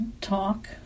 talk